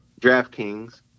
DraftKings